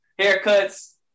haircuts